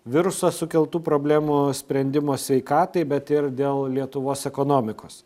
viruso sukeltų problemų sprendimo sveikatai bet ir dėl lietuvos ekonomikos